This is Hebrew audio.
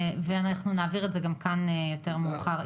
אנחנו נעביר את זה כאן יותר מאוחר.